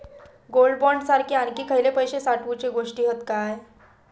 Gold bond सारखे आणखी खयले पैशे साठवूचे गोष्टी हत काय?